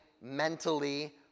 mentally